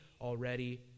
already